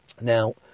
Now